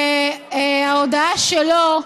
וההודעה שלו,